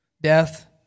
death